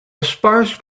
sparse